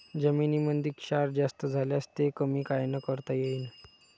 जमीनीमंदी क्षार जास्त झाल्यास ते कमी कायनं करता येईन?